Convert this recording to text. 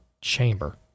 chamber